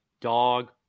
dog